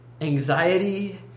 anxiety